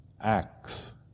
acts